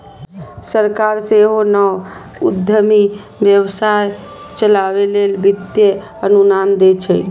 सरकार सेहो नव उद्यमी कें व्यवसाय चलाबै लेल वित्तीय अनुदान दै छै